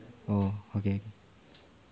orh okay